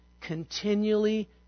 continually